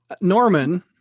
Norman